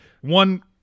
one